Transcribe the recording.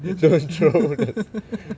don't throw the